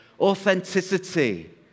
Authenticity